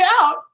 out